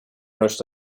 rushed